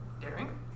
Daring